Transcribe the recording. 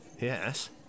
Yes